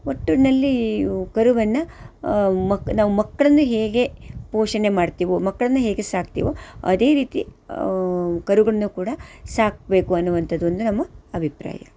ಒಟ್ಟಿನಲ್ಲಿ ಕರುವನ್ನು ಮಕ್ ನಾವು ಮಕ್ಕಳನ್ನು ಹೇಗೆ ಪೋಷಣೆ ಮಾಡ್ತೀವೋ ಮಕ್ಕಳನ್ನ ಹೇಗೆ ಸಾಕ್ತೀವೋ ಅದೇ ರೀತಿ ಕರುಗಳನ್ನೂ ಕೂಡ ಸಾಕಬೇಕು ಅನ್ನುವಂಥದ್ದು ಒಂದು ನಮ್ಮ ಅಭಿಪ್ರಾಯ